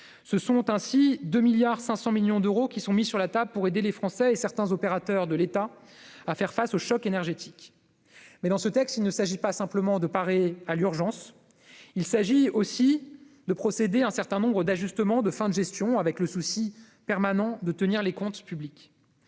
nos soldats. Ainsi, 2,5 milliards d'euros sont mis sur la table pour aider les Français et certains opérateurs de l'État à faire face au choc énergétique. Mais, avec ce texte, il ne s'agit pas seulement de parer à l'urgence, il s'agit aussi de procéder à un certain nombre d'ajustements de fin de gestion avec le souci permanent de tenir les comptes publics.